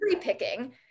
picking